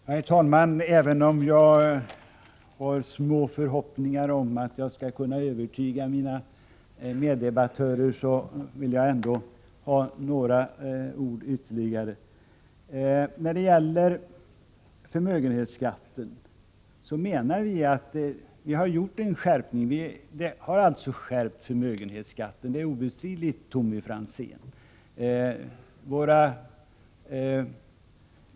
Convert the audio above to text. Herr talman! Även om jag har små förhoppningar om att kunna övertyga mina meddebattörer, vill jag ändå säga ytterligare några ord. Vi har skärpt förmögenhetsskatten — det är obestridligt, Tommy Franzén.